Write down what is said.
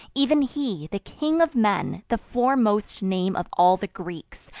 ev'n he, the king of men, the foremost name of all the greeks,